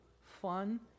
fun-